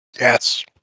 Yes